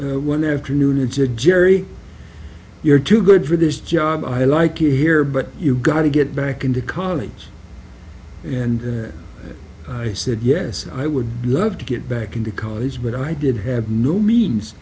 when afternoon and said jerry you're too good for this job i like it here but you gotta get back into college and i said yes i would love to get back into college but i didn't have no means